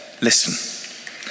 Listen